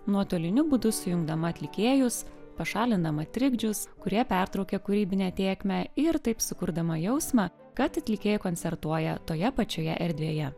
nuotoliniu būdu sujungdama atlikėjus pašalinama trikdžius kurie pertraukė kūrybinę tėkmę ir taip sukurdama jausmą kad atlikėjai koncertuoja toje pačioje erdvėje